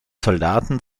soldaten